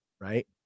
right